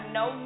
no